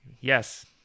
Yes